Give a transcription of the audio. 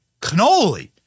cannoli